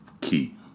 key